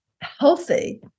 healthy